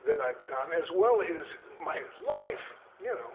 that i've done as well as my life, you know?